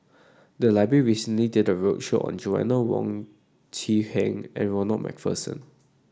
the library recently did a roadshow on Joanna Wong Quee Heng and Ronald MacPherson